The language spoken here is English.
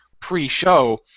pre-show